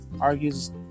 argues